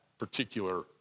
particular